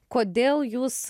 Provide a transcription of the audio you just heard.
kodėl jūs